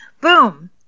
Boom